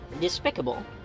despicable